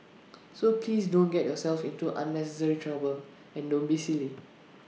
so please don't get yourself into unnecessary trouble and don't be silly